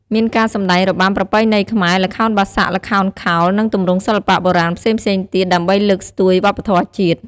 មានការសម្តែងរបាំប្រពៃណីខ្មែរ ល្ខោនបាសាក់ ល្ខោនខោល និងទម្រង់សិល្បៈបុរាណផ្សេងៗទៀត ដើម្បីលើកស្ទួយវប្បធម៌ជាតិ។